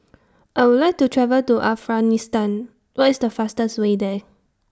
I Would like to travel to Afghanistan What IS The fastest Way There